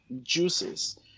juices